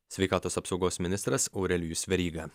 sveikatos apsaugos ministras aurelijus veryga